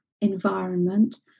environment